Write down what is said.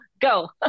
go